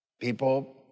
people